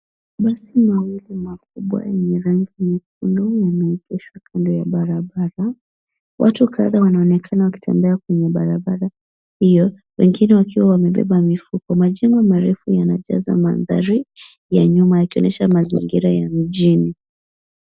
Mabasi mawili makubwa yenye rangi nyekundu yameegeshwa kando ya barabara. Watu kadhaa wanaonekana wakitembea kwenye barabara hiyo wengine wakiwa wamebeba mifuko. Majengo marefu yana jaza mandhari ya nyuma yakionyesha mazingira ya mijini.